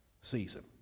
season